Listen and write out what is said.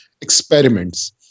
experiments